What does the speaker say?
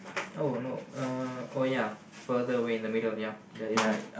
oh no uh oh ya further away in the middle ya there is one